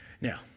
Now